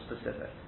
specific